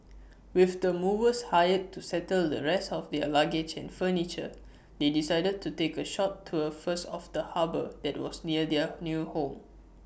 with the movers hired to settle the rest of their luggage and furniture they decided to take A short tour first of the harbour that was near their new home